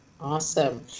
awesome